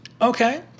Okay